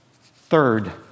Third